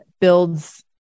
builds